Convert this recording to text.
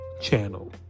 channel